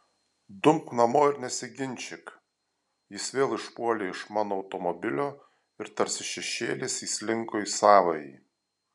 dumk namo ir nesiginčyk jis vėl išpuolė iš mano automobilio ir tarsi šešėlis įslinko į savąjį